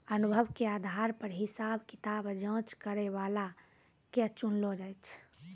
अनुभव के आधार पर हिसाब किताब जांच करै बला के चुनलो जाय छै